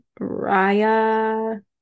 raya